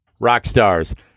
Rockstars